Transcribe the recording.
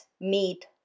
meat